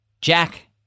Jack